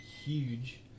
Huge